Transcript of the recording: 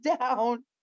down